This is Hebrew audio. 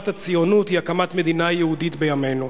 הציונות היא הקמת מדינה יהודית בימינו.